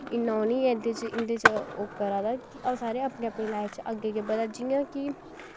इन्ना ओह् नी ऐ इंदे च इंदे च करा दा सारे अपनी अपनी लाईफ च अग्गैं अग्गैं बधा दे जियां कि